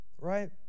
right